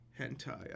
hentai